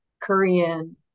Korean